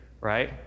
right